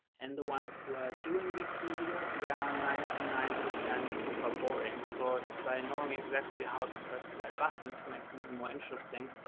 and the ones who are doing b two b videos, they are ninety nine percent super boring. so just by knowing exactly how to press the red button to make something more interesting,